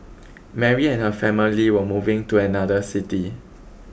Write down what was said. Mary and her family were moving to another city